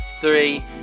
Three